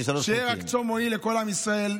שיהיה רק צום מועיל לכל עם ישראל.